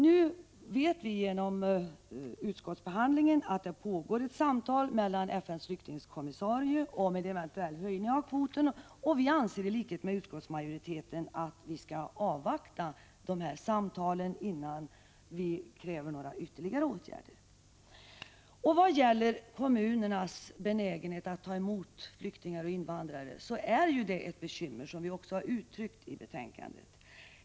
Vi vet genom utskottsbehandlingen att det pågår samtal med FN:s flyktingkommissarie om att eventuellt höja kvoten, och vi anser i likhet med utskottsmajoriteten att vi skall avvakta de samtalen innan vi kräver några ytterligare åtgärder. Kommunernas benägenhet att ta emot flyktingar och invandrare är ett bekymmer, vilket vi också har uttryckt i betänkandet.